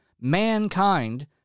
mankind